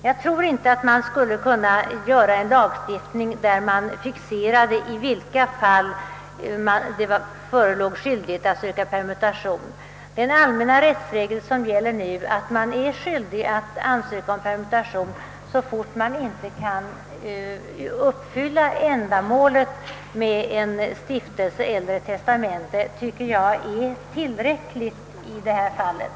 Jag tror inte att det skulle gå att genomföra en lagstiftning som fixerade i vilka fall det föreligger skyldighet att söka permutation. Den allmänna rättsregel som nu gäller stadgar att man är skyldig ansöka om permutation så fort man inte kan uppfylla ändamålet med en stiftelse eller ett testamente, och jag tycker att denna är tillräcklig.